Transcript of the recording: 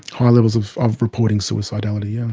high levels of of reporting suicidality, yes.